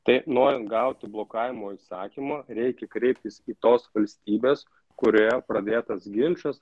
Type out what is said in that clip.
tai norint gauti blokavimo įsakymo reikia kreiptis į tos valstybės kurioje pradėtas ginčas